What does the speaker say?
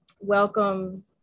welcome